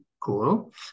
cool